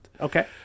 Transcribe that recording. Okay